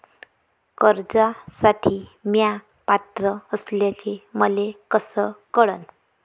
कर्जसाठी म्या पात्र असल्याचे मले कस कळन?